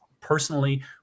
personally